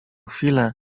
chwilę